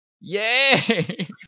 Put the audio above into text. Yay